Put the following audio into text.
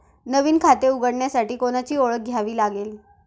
नवीन खाते उघडण्यासाठी कोणाची ओळख द्यावी लागेल का?